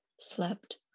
slept